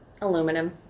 aluminum